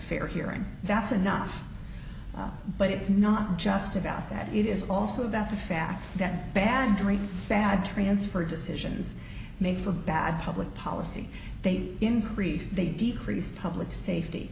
fair hearing that's enough but it's not just about that it is also about the fact that bad dream bad transfer decisions made for bad public policy they increase they decreased public safety